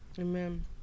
Amen